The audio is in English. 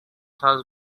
thus